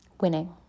winning